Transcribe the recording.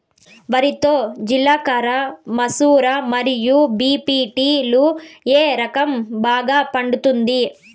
వరి లో జిలకర మసూర మరియు బీ.పీ.టీ లు ఏ రకం బాగా పండుతుంది